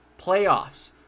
playoffs